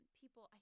people